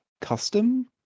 custom